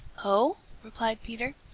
oh? replied peter,